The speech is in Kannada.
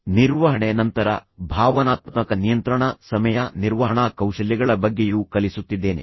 ಈಗ ಗೆಲುವು ಗೆಲುವಿನ ವಿಧಾನವನ್ನು ಗುರಿಯಾಗಿಸಲು ನಾನು ನಿಮಗೆ ಎರಡೂ ಬದಿಗಳನ್ನು ನೋಡಲು ಪ್ರಯತ್ನಿಸಿ ಎಂದು ಹೇಳಿದ್ದೇನೆ